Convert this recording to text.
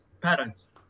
parents